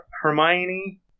Hermione